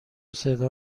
صدا